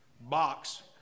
box